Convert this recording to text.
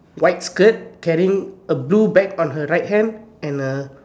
white skirt carrying a blue bag on her right hand and a